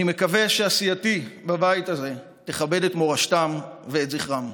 אני מקווה שעשייתי בבית הזה תכבד את מורשתם ואת זכרם.